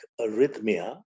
arrhythmia